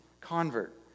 convert